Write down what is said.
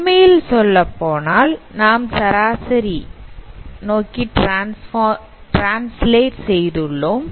உண்மையில் சொல்லப்போனால் நாம் சராசரி நோக்கி டிரான்ஸ்லேட் செய்துள்ளோம்